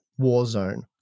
Warzone